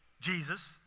Jesus